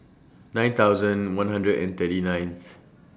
nine thousand one hundred and thirty ninth